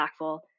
impactful